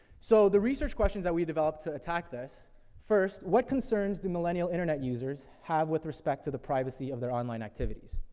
so the research questions that we developed to attack this first, what concerns do millennial internet users have with respect to the privacy of their online activities?